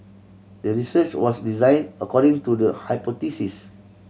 the research was design according to the hypothesis